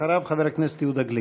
אחריו, חבר הכנסת יהודה גליק.